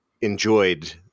enjoyed